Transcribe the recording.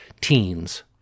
teens